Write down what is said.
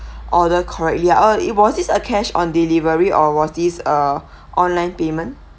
order correctly ah it was this a cash on delivery or was this uh online payment